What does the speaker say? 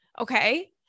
Okay